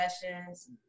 Sessions